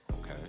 Okay